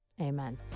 Amen